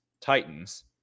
Titans